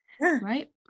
Right